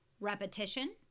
repetition